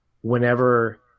whenever